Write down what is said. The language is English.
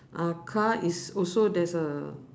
uh car is also there's a